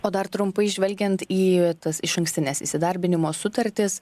o dar trumpai žvelgiant į tas išankstines įsidarbinimo sutartis